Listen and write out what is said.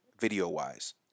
video-wise